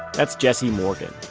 that's jesse morgan.